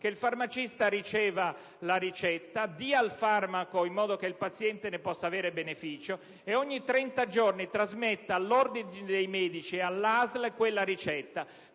che il farmacista riceva la ricetta, che dia il farmaco in modo che il paziente ne possa trarre beneficio e che, ogni trenta giorni, trasmetta all'Ordine dei medici e all'ASL quella ricetta.